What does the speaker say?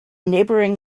neighbouring